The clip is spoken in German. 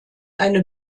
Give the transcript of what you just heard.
eine